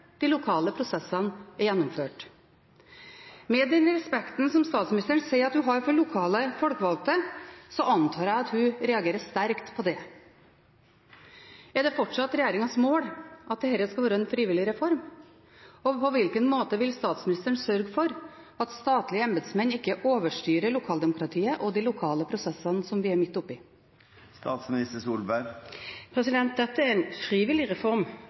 de lokale prosessene er gjennomført. Med den respekten som statsministeren sier at hun har for lokale folkevalgte, antar jeg at hun reagerer sterkt på det. Er det fortsatt regjeringens mål at dette skal være en frivillig reform? Og på hvilken måte vil statsministeren sørge for at statlige embetsmenn ikke overstyrer lokaldemokratiet og de lokale prosessene som vi er midt oppe i? Dette er en frivillig reform,